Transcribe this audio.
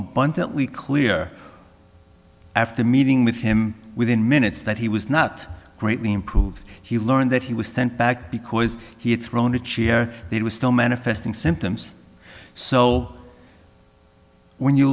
abundantly clear after meeting with him within minutes that he was not greatly improved he learned that he was sent back because he had thrown a chair it was still manifesting symptoms so when you